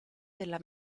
della